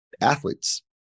Athletes